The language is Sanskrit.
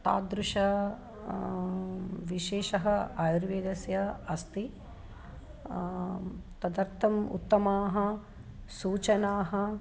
तादृशं विशेषम् आयुर्वेदस्य अस्ति तदर्थम् उत्तमाः सूचनाः